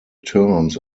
terms